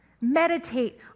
meditate